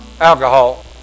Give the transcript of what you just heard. alcohol